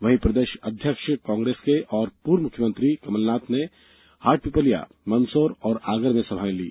वहीं प्रदेश कांग्रेस अध्यक्ष और पूर्व मुख्यमंत्री कमलनाथ ने हाटपिपलिया मंदसौर और आगर में सभाए ली